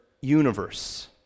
universe